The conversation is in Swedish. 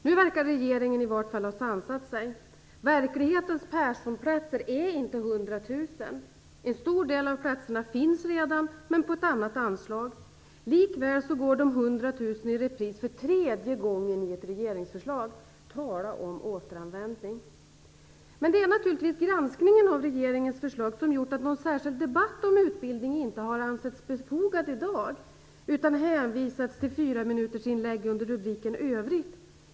Nu verkar regeringen i alla fall ha sansat sig. Verklighetens Perssonplatser är inte 100 000. En stor del av platserna finns redan, men på ett annat anslag. Likväl går de 100 000 i repris för tredje gången i ett regeringsförslag. Tala om återanvändning! Det är naturligtvis granskningen av regeringens förslag som gjort att någon särskild debatt om utbildning inte har ansetts befogad i dag, utan hänvisats till fyraminutersinlägg under rubriken Övrigt.